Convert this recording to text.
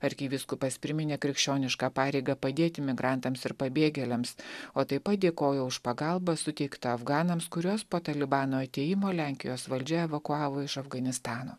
arkivyskupas priminė krikščionišką pareigą padėti migrantams ir pabėgėliams o taip pat dėkojo už pagalbą suteiktą afganams kuriuos po talibano atėjimo lenkijos valdžia evakuavo iš afganistano